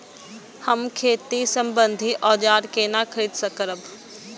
हम खेती सम्बन्धी औजार केना खरीद करब?